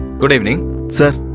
good evening sir,